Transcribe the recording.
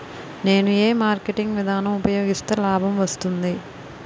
నేను ఏ మార్కెటింగ్ విధానం ఉపయోగిస్తే లాభం వస్తుంది?